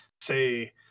say